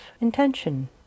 intention